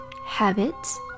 habits